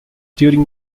during